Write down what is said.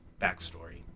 backstory